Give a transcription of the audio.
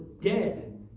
dead